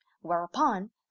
Whereupon